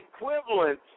equivalent